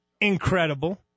Incredible